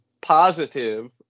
positive